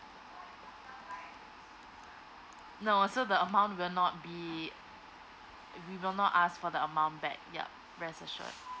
no so the amount will not be we will not ask for the amount back yup rest assure